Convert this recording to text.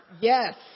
yes